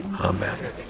Amen